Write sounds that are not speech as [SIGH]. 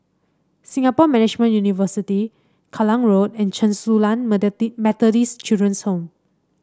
Singapore Management University Kallang Road and Chen Su Lan [UNINTELLIGIBLE] Methodist Children's Home